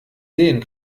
sehen